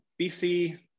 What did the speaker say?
bc